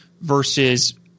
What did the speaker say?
versus